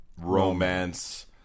romance